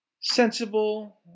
Sensible